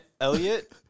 Elliot